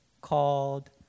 called